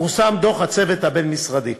פורסם דוח הצוות הבין-משרדי.